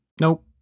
nope